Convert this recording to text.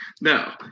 no